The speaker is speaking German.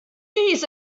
dies